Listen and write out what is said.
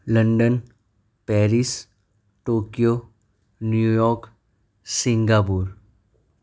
London Paris Tokyo New York Singapore